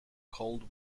cold